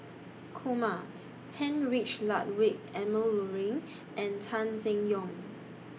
Kumar Heinrich Ludwig Emil Luering and Tan Seng Yong